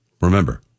Remember